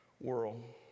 world